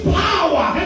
power